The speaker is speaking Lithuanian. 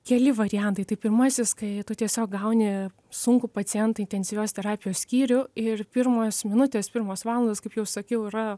keli variantai tai pirmasis kai tu tiesiog gauni sunkų pacientą į intensyvios terapijos skyrių ir pirmos minutės pirmos valandos kaip jau sakiau yra